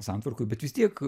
santvarkoj bet vis tiek